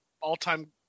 all-time